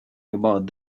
about